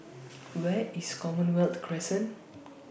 Where IS Commonwealth Crescent